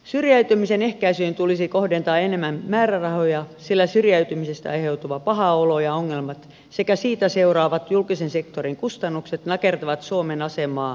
syrjäytymisen ehkäisyyn tulisi kohdentaa enemmän määrärahoja sillä syrjäytymisestä aiheutuva paha olo ja ongelmat sekä siitä seuraavat julkisen sektorin kustannukset nakertavat suomen asemaa hyvinvointiyhteiskuntana